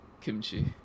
Kimchi